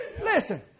Listen